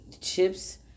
chips